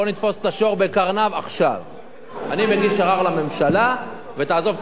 אני מושך,